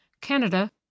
Canada